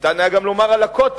ניתן גם היה לומר על הכותל,